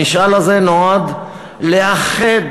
המשאל הזה נועד לאחד,